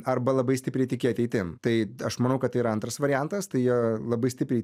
arba labai stipriai tiki ateitim tai aš manau kad tai yra antras variantas tai jie labai stipriai